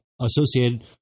associated